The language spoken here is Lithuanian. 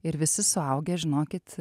ir visi suaugę žinokit